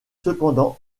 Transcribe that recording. cependant